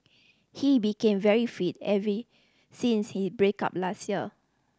he became very fit every since he break up last year